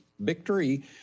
victory